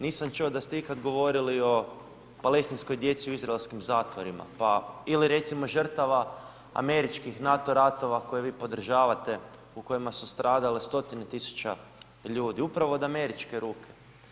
Nisam čuo da ste ikada govorili o palestinskoj djeci u izraelskim zatvorima pa ili recimo žrtava američkih NATO ratova koje vi podržavate u kojima su stradale stotine tisuća ljudi upravo od američke ruke.